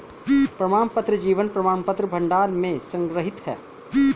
प्रमाणपत्र जीवन प्रमाणपत्र भंडार में संग्रहीत हैं